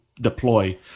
deploy